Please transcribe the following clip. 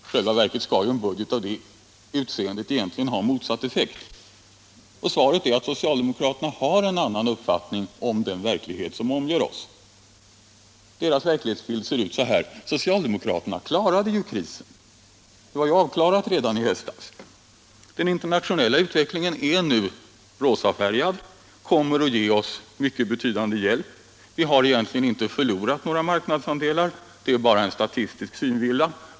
I själva verket skulle ju en budget av det utseendet egentligen ha motsatt effekt. Svaret är att socialdemokraterna har en annan uppfattning än vi om den verklighet som omger oss. Deras bild av verkligheten ser ut så här: Socialdemokraterna klarade krisen; den var ju avklarad redan i höstas. Den internationella utvecklingen är nu rosafärgad, och det kommer att ge oss en mycket betydande hjälp. Vi har egentligen inte förlorat några marknadsandelar — det är bara en statistisk synvilla.